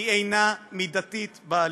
אינה מידתית בעליל.